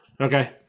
Okay